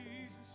Jesus